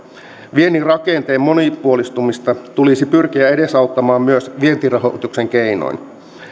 viennin rakenteen monipuolistumista tulisi pyrkiä edesauttamaan myös vientirahoituksen keinoin